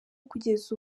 kugeza